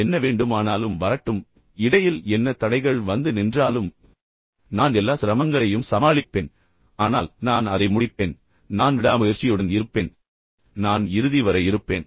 என்ன வேண்டுமானாலும் வரட்டும் இடையில் என்ன தடைகள் வந்து நின்றாலும் நான் எல்லா சிரமங்களையும் சமாளிப்பேன் ஆனால் நான் அதை முடிப்பேன் நான் விடாமுயற்சியுடன் இருப்பேன் நான் இறுதி வரை இருப்பேன்